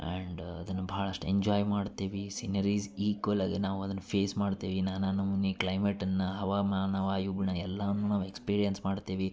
and ಅದನ್ನ ಭಾಳಷ್ಟು enjoy ಮಾಡ್ತೇವಿ ಸೀನರೀಸ್ ಈಕ್ವಲಾಗೆ ನಾವು ಅದನ್ನ ಫೇಸ್ ಮಾಡ್ತೆವಿ ನಾನಾ ನಮ್ನಿ ಕ್ಲೈಮೇಟನ್ನ ಹವಾಮಾನ ವಾಯುಗುಣ ಎಲ್ಲಾವನ್ನು ನಾವು ಎಕ್ಸ್ಪೀರಿಯೆನ್ಸ್ ಮಾಡ್ತೆವಿ